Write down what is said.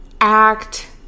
act